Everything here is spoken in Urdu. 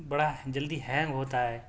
بڑا جلدی ہینگ ہوتا ہے